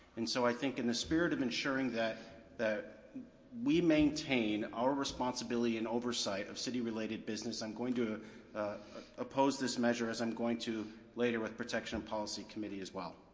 and so i think in the spirit of ensuring that that we maintain our responsibility in oversight of city related business, i'm going to oppose this measure as i'm going to later with protection and policy committee as well.